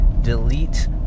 delete